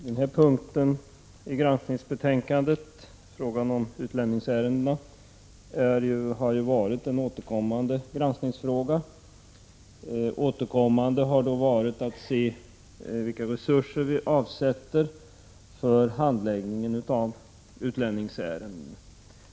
Fru talman! Ärendet om utlänningsfrågorna har återkommande granskats i konstitutionsutskottet. Bl. a. har diskuterats hur stora resurser vi avsätter för handläggning av utlänningsärenden.